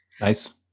nice